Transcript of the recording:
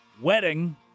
wedding